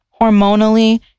hormonally